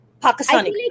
Pakistani